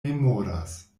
memoras